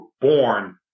born